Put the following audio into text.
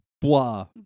blah